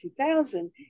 2000